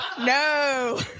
No